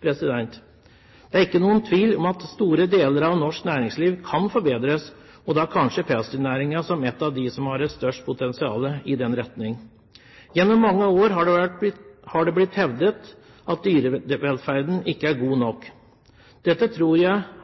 Det er ikke noen tvil om at store deler av norsk næringsliv kan forbedres, og da er kanskje pelsdyrnæringen en av de næringene som har størst potensial i den retning. Gjennom mange år har det blitt hevdet at dyrevelferden ikke er god nok. Dette tror jeg er sterkt overdrevet. At det har vært for mange skadde dyr, tror jeg